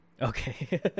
Okay